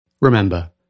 Remember